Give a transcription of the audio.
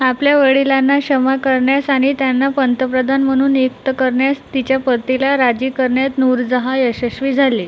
आपल्या वडिलांना क्षमा करण्यास आणि त्यांना पंतप्रधान म्हणून नियुक्त करण्यास तिच्या पतीला राजी करण्यात नूरजहाँ यशस्वी झाली